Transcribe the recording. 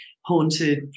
haunted